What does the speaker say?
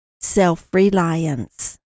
Self-Reliance